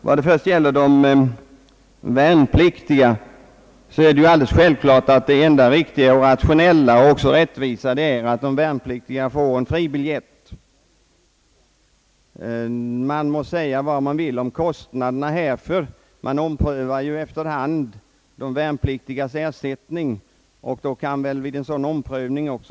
Vad först gäller de värnpliktiga så är alldeles självklart det enda riktiga och rationella och även rättvisa att de värnpliktiga får fribiljett; man må säga vad man vill om kostnaderna. Frågan om ersättningen till de värnpliktiga omprövas ju efter hand, och även dessa kostnader bör kunna tas med vid en sådan omprövning.